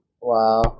Wow